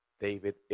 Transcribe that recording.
David